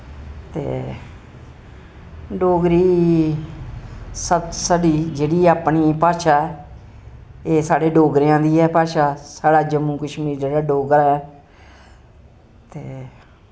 ते डोगरी स साढ़ी जेह्ड़ी अपनी भाशा ऐ एह् साढ़े डोगरेआं दी ऐ भाशा साढ़े जम्मू कश्मीर जेह्ड़ा डोगरा ऐ ते